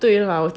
我知道